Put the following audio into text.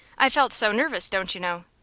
i felt so nervous, don't you know?